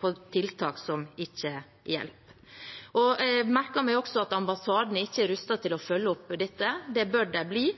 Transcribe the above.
på tiltak som ikke hjelper. Jeg merker meg også at ambassadene ikke er rustet til å følge opp dette. Det bør de bli,